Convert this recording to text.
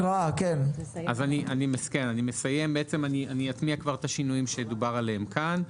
אז אני אטמיע כבר את השינויים שדובר עליהם כאן.